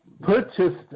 purchased